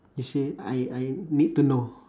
you see I I need to know